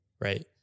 right